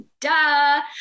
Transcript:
Duh